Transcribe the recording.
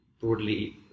broadly